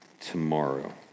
tomorrow